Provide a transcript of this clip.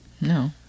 No